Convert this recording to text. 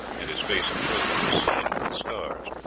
and his face and shoulders are seamed with scars.